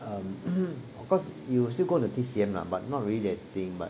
um cause you still go to T_C_M lah but not really that thing but